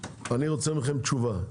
לגבי הנוהל אני רוצה תשובה.